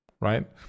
right